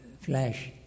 flash